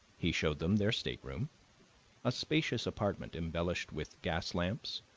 he showed them their stateroom a spacious apartment, embellished with gas lamps,